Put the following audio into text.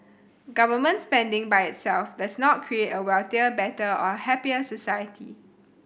government spending by itself does not create a wealthier better or a happier society